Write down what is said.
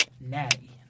Natty